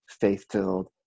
faith-filled